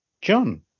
John